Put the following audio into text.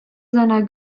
seiner